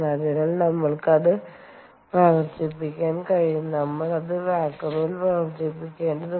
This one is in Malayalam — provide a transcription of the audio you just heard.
അതിനാൽ നിങ്ങൾക്ക് അത് പ്രവർത്തിക്കാൻ കഴിയും നമ്മൾ അത് വാക്വമിൽ പ്രവർത്തിപ്പിക്കേണ്ടതുണ്ട്